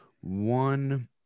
one